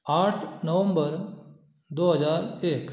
आठ नवम्बर दो हजार एक